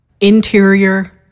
Interior